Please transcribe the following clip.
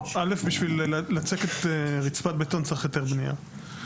ראשית, כדי לצקת רצפת בטון צריך היתר בנייה.